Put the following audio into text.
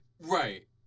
Right